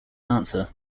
answer